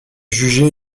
jugé